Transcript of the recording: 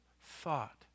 thought